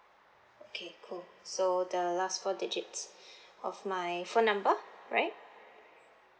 okay cool so the last four digits of my phone number right